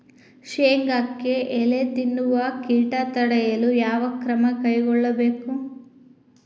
ಶೇಂಗಾಕ್ಕೆ ಎಲೆ ತಿನ್ನುವ ಕೇಟ ತಡೆಯಲು ಯಾವ ಕ್ರಮ ಕೈಗೊಳ್ಳಬೇಕು?